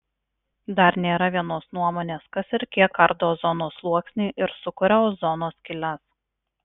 dar nėra vienos nuomonės kas ir kiek ardo ozono sluoksnį ir sukuria ozono skyles